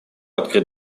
открыт